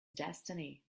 destiny